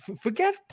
forget